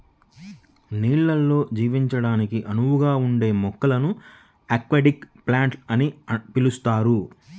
నీళ్ళల్లో జీవించడానికి అనువుగా ఉండే మొక్కలను అక్వాటిక్ ప్లాంట్స్ అని పిలుస్తారు